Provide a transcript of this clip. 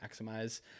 maximize